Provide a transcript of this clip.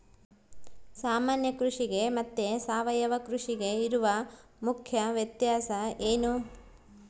ಸಾಮಾನ್ಯ ಕೃಷಿಗೆ ಮತ್ತೆ ಸಾವಯವ ಕೃಷಿಗೆ ಇರುವ ಮುಖ್ಯ ವ್ಯತ್ಯಾಸ ಏನು?